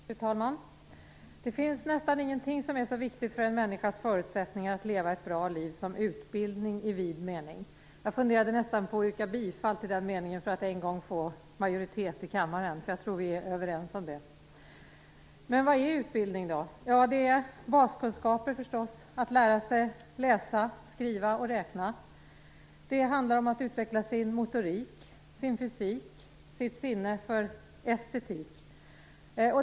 Fru talman! Det finns nästan ingenting som är så viktigt för en människas förutsättningar att leva ett bra liv som utbildning i vid mening. Jag funderade på att yrka bifall till detta för att en gång få majoritet i kammaren, för jag tror att vi är överens om det. Vad är utbildning? Ja, det är baskunskaper, att lära sig läsa, skriva och räkna. Det handlar om att utveckla sin motorik, sin fysik, sitt sinne för estetik.